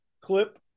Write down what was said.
clip